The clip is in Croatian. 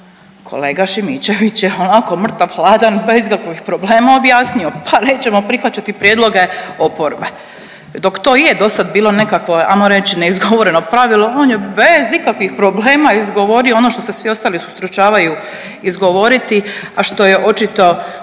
Kolega Šimičević je ovako mrtav hladan bez ikakvih problema objasnio pa nećemo prihvaćati prijedloge oporbe. Dok to je dosad bilo nekakvo ajmo reći neizgovoreno pravilo on je bez ikakvih problema izgovorio ono što se svi ostali ustručavaju izgovoriti, a što je očito,